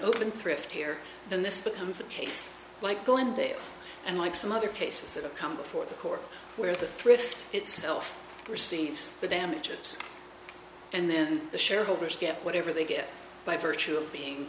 open thrift here then this becomes a case like glendale and like some other cases that come before the court where the thrift itself receives the damages and then the shareholders get whatever they get by virtue of being